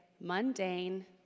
mundane